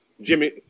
Jimmy